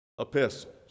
epistles